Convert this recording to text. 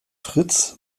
frites